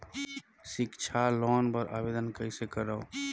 सिक्छा लोन बर आवेदन कइसे करव?